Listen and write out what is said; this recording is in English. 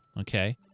okay